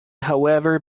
however